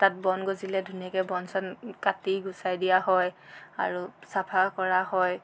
তাত বন গজিলে ধুনীয়াকৈ বন চন কাটি গুচাই দিয়া হয় আৰু চফা কৰা হয়